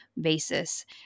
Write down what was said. basis